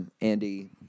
Andy